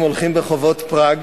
הולכים ברחובות פראג